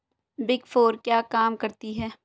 Big four क्या काम करती है?